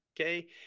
Okay